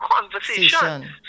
conversation